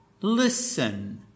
Listen